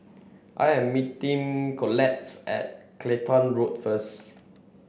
I am meeting Collettes at Clacton Road first